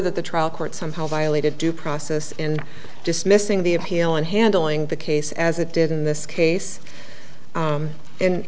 that the trial court somehow violated due process and dismissing the appeal and handling the case as it did in this case